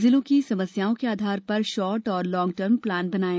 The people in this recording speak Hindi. जिलों की समस्याओं के आधार पर शॉर्ट और लॉग टर्म प्लान बनाएं